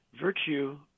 virtue